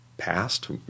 past